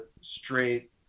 straight